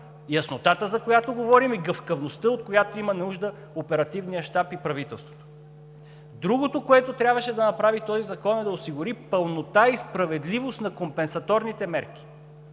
яснотата, за която говорим, и гъвкавостта, от която имат нужда Оперативният щаб и правителството. Другото, което трябваше да направи този закон, е да осигури пълнота и справедливост на компенсаторните мерки.